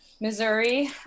Missouri